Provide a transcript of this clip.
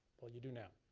well you do now.